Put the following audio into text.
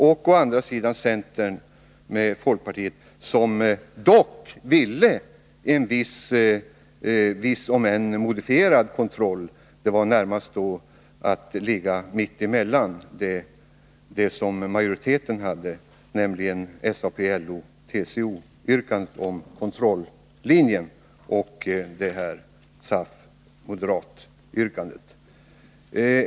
Å den andra var det centern tillsammans med folkpartiet, som dock ville ha en viss, om än modifierad, kontroll — det gällde närmast att ligga mitt emellan det som majoriteten ställde sig bakom, nämligen yrkandet av SAP, LO och TCO om att man skulle gå på kontrollinjen, och yrkandet från SAF och moderathåll.